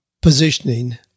Positioning